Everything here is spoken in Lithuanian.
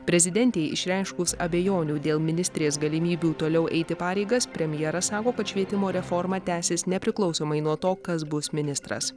prezidentei išreiškus abejonių dėl ministrės galimybių toliau eiti pareigas premjeras sako kad švietimo reforma tęsis nepriklausomai nuo to kas bus ministras